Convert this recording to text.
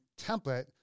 template